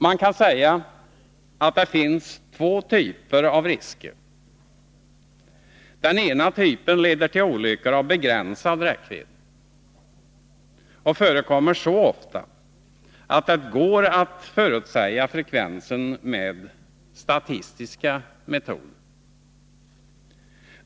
Man kan säga att det finns två typer av risker. Den ena typen leder till olyckor av begränsad räckvidd och förekommer så ofta att det går att förutsäga frekvensen med statistiska metoder.